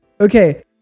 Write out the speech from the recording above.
okay